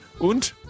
und